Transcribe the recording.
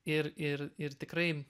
ir ir ir tikrai